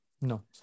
No